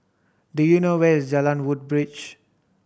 do you know where is Jalan Woodbridge